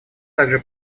также